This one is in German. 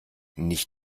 nicht